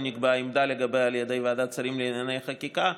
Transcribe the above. נקבעה עמדה לגביה על ידי ועדת שרים לענייני חקיקה,